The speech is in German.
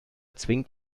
zwingt